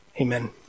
Amen